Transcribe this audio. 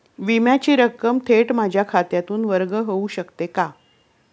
विम्याची रक्कम थेट माझ्या खात्यातून वर्ग होऊ शकते का?